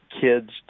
kids